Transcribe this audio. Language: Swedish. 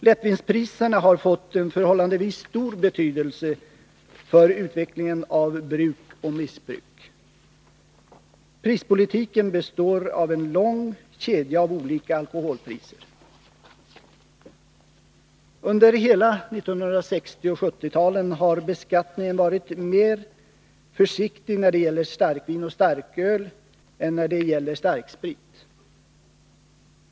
Lättvinspriserna har fått en förhållandevis stor betydelse för utvecklingen av bruk och missbruk. Prispolitiken består av en lång kedja av olika alkoholpriser. Under hela 1960 och 1970-talen har beskattningen varit mer försiktig när det gäller starkvin och starköl än när det gäller starksprit.